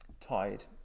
tied